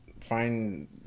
find